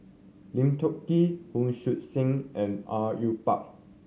Lim Tiong Ghee Hon Sui Sen and Au Yue Pak